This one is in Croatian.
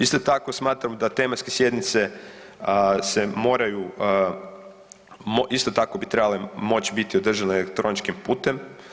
Isto tako smatram da tematske sjednice se moraju, isto tako bi trebale moć biti održane elektroničkim putem.